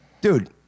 Dude